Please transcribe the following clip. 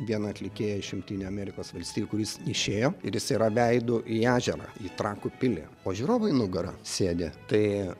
vieną atlikėją iš jungtinių amerikos valstijų kuris išėjo ir jis yra veidu į ežerą į trakų pilį o žiūrovai nugarą sėdi tai